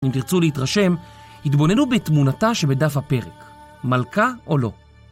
אם תרצו להתרשם, התבוננו בתמונתה שבדף הפרק, מלכה או לא.